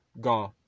gone